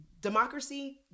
democracy